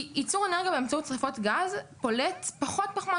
כי ייצור אנרגיה באמצעות שריפות גז פולט פחות פחמן